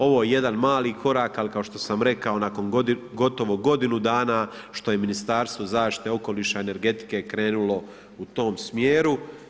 Ovo je jedan mali korak, ali kao što sam rekao, nakon gotovo godinu dana što je Ministarstvo zaštite okoliša, energetike krenulo u tom smjeru.